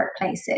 workplaces